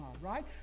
right